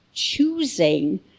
choosing